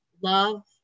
Love